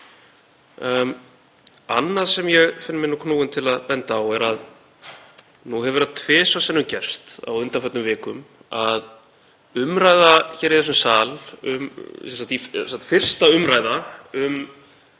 Annað sem ég finn mig knúinn til að benda á er að nú hefur tvisvar sinnum gerst á undanförnum vikum að umræða hér í þessum sal, 1. umr. um